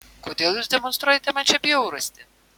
kodėl jūs demonstruojate man šią bjaurastį